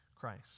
Christ